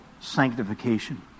sanctification